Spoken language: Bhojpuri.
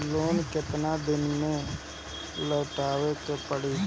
लोन केतना दिन में लौटावे के पड़ी?